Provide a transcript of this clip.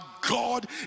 god